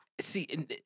See